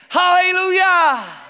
hallelujah